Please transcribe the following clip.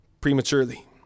prematurely